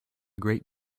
great